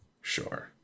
Sure